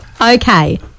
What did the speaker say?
Okay